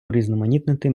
урізноманітнити